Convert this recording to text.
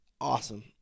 Awesome